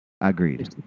Agreed